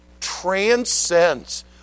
transcends